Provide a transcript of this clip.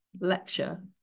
lecture